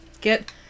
get